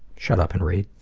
shut up and read.